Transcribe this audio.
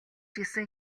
гэсэн